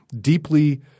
deeply